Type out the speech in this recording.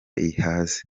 ihaze